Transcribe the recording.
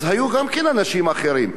אז היו גם אנשים אחרים.